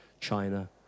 China